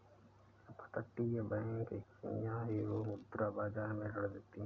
अपतटीय बैंकिंग इकाइयां यूरोमुद्रा बाजार में ऋण देती हैं